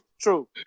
true